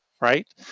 Right